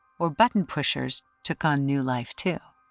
or button pushers took on new life too.